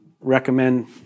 recommend